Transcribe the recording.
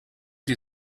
die